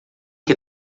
que